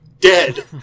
dead